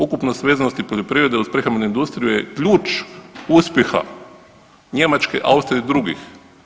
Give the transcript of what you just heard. Ukupnost vezanosti poljoprivrede uz prehrambenu industriju je ključ uspjeha Njemačke, Austrije i drugih.